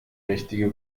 richtige